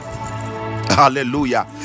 Hallelujah